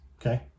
okay